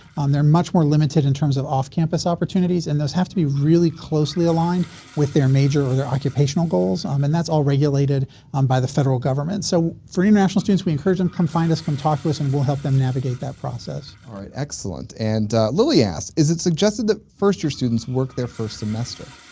they're much more limited in terms of off-campus opportunities and those have to be really closely aligned with their major or their occupational goals um and that's all regulated um by the federal government. so, for international students we encourage them come find us come talk to us and we'll help them navigate that process. alright, excellent. and lily asks, is it suggested that first-year students work their first semester?